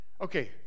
Okay